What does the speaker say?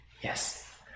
Yes